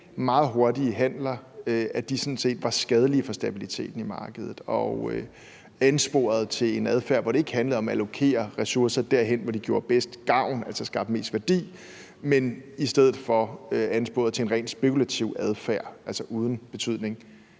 meget hurtige handler sådan set var skadelige for stabiliteten i markedet og ansporede til en adfærd, hvor det ikke handlede om at allokere ressourcer derhen, hvor de gjorde bedst gavn, altså skabte mest værdi, men i stedet for ansporede til en rent spekulativ adfærd, hvor de var uden betydning.